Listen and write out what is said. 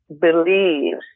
believes